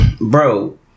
Bro